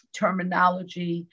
terminology